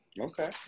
Okay